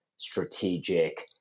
strategic